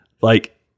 like-